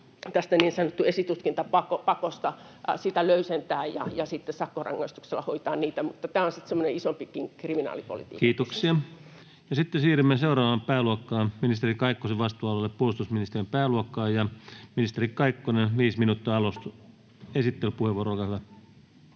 esitutkintapakkoa löysentää ja sitten sakkorangaistuksella hoitaa niitä, mutta tämä on sitten semmoinen isompikin kriminaalipolitiikan asia. Kiitoksia. — Ja sitten siirrymme seuraavaan pääluokkaan, ministeri Kaikkosen vastuualue, puolustusministeriön pääluokka. — Ja ministeri Kaikkonen, viisi minuuttia, esittelypuheenvuoro, olkaa hyvä.